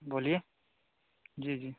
बोलिए जी जी